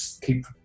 keep